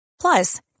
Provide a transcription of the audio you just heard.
Plus